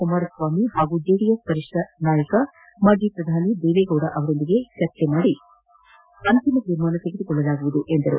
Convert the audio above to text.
ಕುಮಾರಸ್ವಾಮಿ ಹಾಗೂ ಜೆಡಿಎಸ್ ವರಿಷ್ಠ ನಾಯಕ ಮಾಜಿ ಪ್ರಧಾನಿ ದೇವೇಗೌಡ ಅವರೊಂದಿಗೆ ಚರ್ಚೆ ಮಾಡಿ ಅಂತಿಮ ತೀರ್ಮಾನ ತೆಗೆದುಕೊಳ್ಳಲಾಗುವುದು ಎಂದರು